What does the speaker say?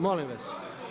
Molim vas!